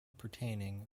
pertaining